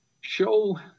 show